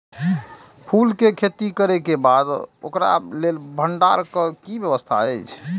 फूल के खेती करे के बाद ओकरा लेल भण्डार क कि व्यवस्था अछि?